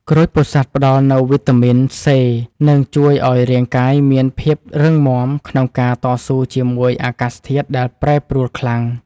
ក្រូចពោធិ៍សាត់ផ្ដល់នូវវីតាមីនសេនិងជួយឱ្យរាងកាយមានភាពរឹងមាំក្នុងការតស៊ូជាមួយអាកាសធាតុដែលប្រែប្រួលខ្លាំង។